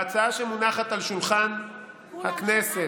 בהצעה שמונחת על שולחן הכנסת,